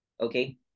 okay